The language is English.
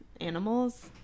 Animals